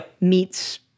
meets